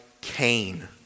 Cain